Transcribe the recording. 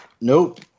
Nope